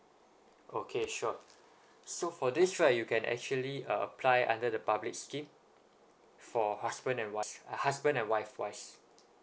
okay sure so for this right you can actually uh apply under the public scheme for husband and wife husband and wife wise